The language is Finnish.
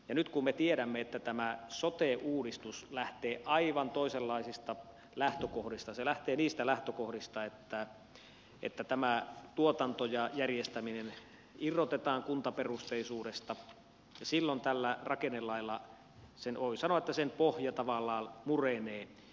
ja nyt kun me tiedämme että sote uudistus lähtee aivan toisenlaisista lähtökohdista se lähtee niistä lähtökohdista että tuotanto ja järjestäminen irrotetaan kuntaperusteisuudesta silloin voi sanoa että tämän rakennelain pohja tavallaan murenee